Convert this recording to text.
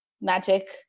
magic